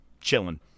chilling